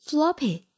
Floppy